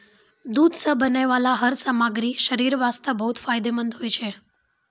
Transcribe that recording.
दूध सॅ बनै वाला हर सामग्री शरीर वास्तॅ बहुत फायदेमंंद होय छै